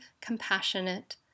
compassionate